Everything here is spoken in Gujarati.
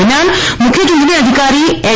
દરમિયાન મુખ્ય ચૂંટણી અધિકારી એચ